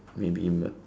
maybe what